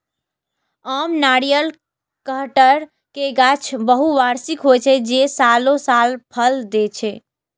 आम, नारियल, कहटर के गाछ बहुवार्षिक होइ छै, जे सालों साल फल दै छै